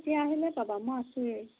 এতিয়া আহিলে পাবা মই আছোঁৱেই